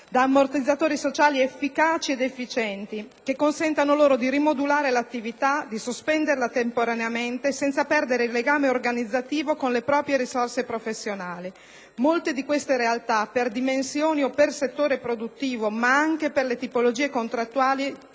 da ammortizzatori sociali efficienti e efficaci che consentano loro di rimodulare l'attività, di sospenderla temporaneamente, senza perdere il legame organizzativo con le proprie risorse professionali. Molte di queste realtà, per dimensione o per settore produttivo, ma anche per le tipologie contrattuali